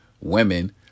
women